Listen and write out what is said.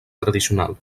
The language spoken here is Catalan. tradicional